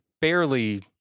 barely